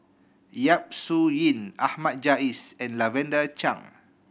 Yap Su Yin Ahmad Jais and Lavender Chang